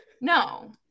No